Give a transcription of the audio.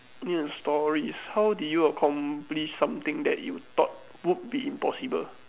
need a stories how did you accomplish something that you thought would be impossible